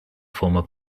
former